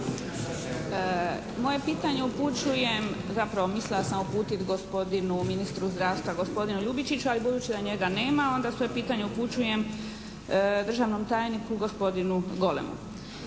Moje pitanje upućujem, zapravo mislila sam uputiti gospodinu ministru zdravstva, gospodinu Ljubičiću, ali budući da njega nema onda svoje pitanje upućujem državnom tajniku, gospodinu Golemu.